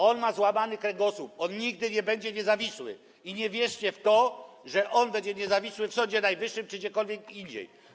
On ma złamany kręgosłup, on nigdy nie będzie niezawisły i nie wierzcie w to, że on będzie niezawisły w Sądzie Najwyższym czy gdziekolwiek indziej.